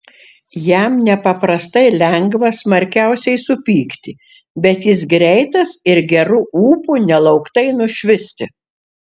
jam nepaprastai lengva smarkiausiai supykti bet jis greitas ir geru ūpu nelauktai nušvisti